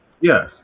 Yes